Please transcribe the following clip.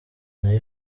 nayo